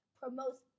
promotes